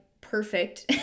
perfect